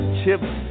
chips